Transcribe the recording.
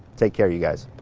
take care you guys.